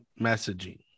messaging